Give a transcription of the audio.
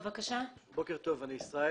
בוקר טוב, אני ישראל